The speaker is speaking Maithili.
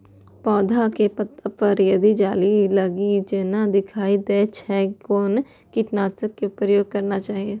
पोधा के पत्ता पर यदि जाली जाली जेना दिखाई दै छै छै कोन कीटनाशक के प्रयोग करना चाही?